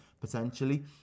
potentially